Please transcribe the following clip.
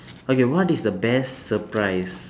okay what is the best surprise